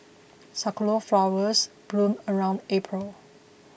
sakura flowers bloom around April